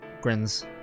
grins